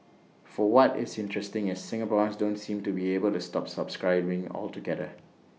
for what is interesting is Singaporeans don't seem to be able to stop subscribing altogether